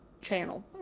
channel